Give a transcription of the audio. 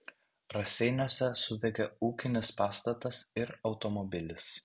raseiniuose sudegė ūkinis pastatas ir automobilis